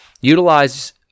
Utilize